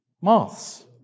Moths